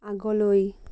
আগলৈ